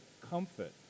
comfort